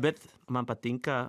bet man patinka